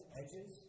edges